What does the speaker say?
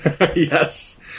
Yes